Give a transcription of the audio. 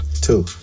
Two